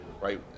right